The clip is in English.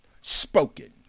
spoken